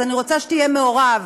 אז אני רוצה שתהיה מעורב: